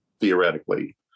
theoretically